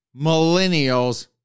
millennials